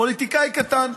פוליטיקאי קטן,